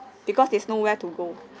because there's nowhere to go